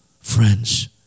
friends